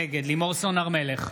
נגד לימור סון הר מלך,